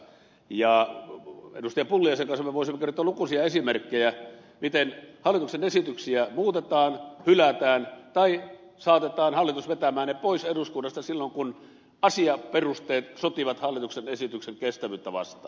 pulliaisen kanssa me voisimme kertoa lukuisia esimerkkejä siitä miten hallituksen esityksiä muutetaan hylätään tai saatetaan hallitus vetämään ne pois eduskunnasta silloin kun asiaperusteet sotivat hallituksen esityksen kestävyyttä vastaan